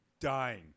dying